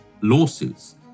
lawsuits